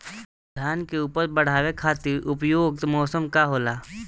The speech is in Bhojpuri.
धान के उपज बढ़ावे खातिर उपयुक्त मौसम का होला?